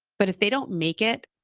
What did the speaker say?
but if they don't make it.